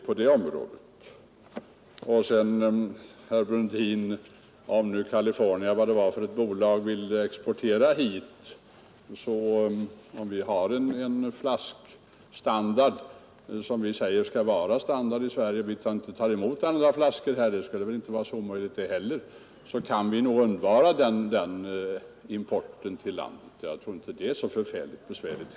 Sedan vill jag säga till herr Brundin, att om nu California Packing vill exportera hit, och om vi har en viss flaskstandardisering här i landet och inte tar emot andra flaskor, så kan vi nog undvara den importen till vårt land. Det tror jag inte skulle vara så särskilt besvärligt.